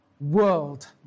world